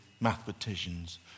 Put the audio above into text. mathematicians